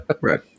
Right